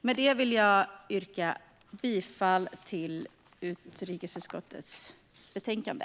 Med det vill jag yrka bifall till förslaget i utrikesutskottets betänkande.